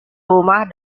rumah